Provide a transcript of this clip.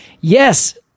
Yes